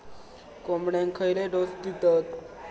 कोंबड्यांक खयले डोस दितत?